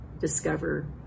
discover